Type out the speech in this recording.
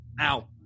Ow